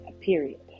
period